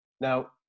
Now